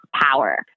power